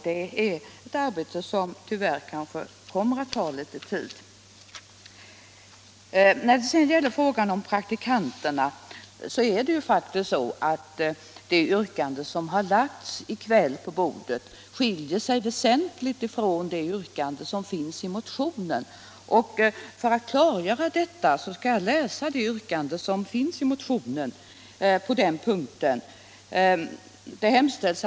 Det är ett arbete som tyvärr kanske kommer att ta litet tid. När det gäller frågan om praktikanterna är det faktiskt så att det yrkande som i kväll lagts på bordet väsentligt skiljer sig från det yrkande som finns i motionen. För att klargöra detta skall jag läsa upp det yrkande som finns i motionen under punkten 2.